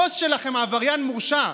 הבוס שלכם עבריין מורשע.